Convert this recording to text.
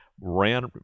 ran